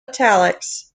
italics